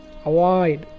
avoid